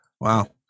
wow